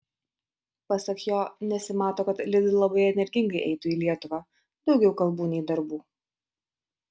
pasak jo nesimato kad lidl labai energingai eitų į lietuvą daugiau kalbų nei darbų